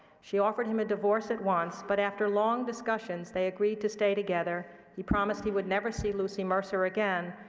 she offered him a divorce at once, but after long discussions, they agreed to stay together. he promised he would never see lucy mercer again.